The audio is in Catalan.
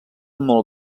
molt